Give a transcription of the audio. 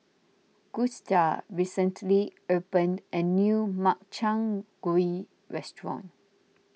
Gusta recently opened a new Makchang Gui Restaurant